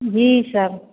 जी sir